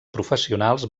professionals